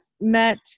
met